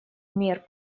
мер